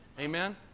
Amen